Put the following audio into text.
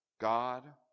God